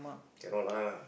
cannot lah